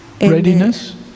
Readiness